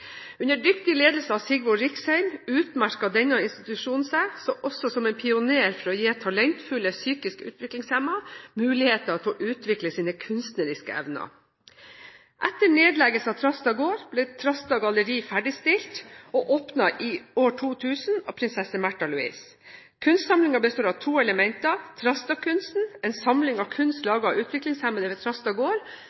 Under dyktig ledelse av Sigvor Riksheim utmerket denne institusjonen seg også som en pioner for å gi talentfulle psykisk utviklingshemmede muligheter til å utvikle sine kunstneriske evner. Etter nedleggelsen av Trastad gård ble Trastad Galleri ferdigstilt og åpnet i 2000 av prinsesse Märtha Louise. Kunstsamlingen består av to elementer: Trastad-kunsten, en samling av